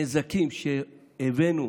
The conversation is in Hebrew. הנזקים שהבאנו